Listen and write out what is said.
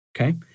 okay